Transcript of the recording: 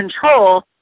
control